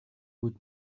үед